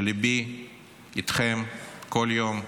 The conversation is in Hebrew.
שליבי איתכם כל יום,